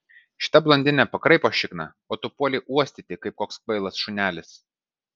šita blondinė pakraipo šikną o tu puoli uostyti kaip koks kvailas šunelis